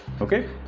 Okay